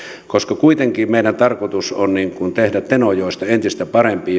koska kuitenkin meidän tarkoituksemme on tehdä tenojoesta entistä parempi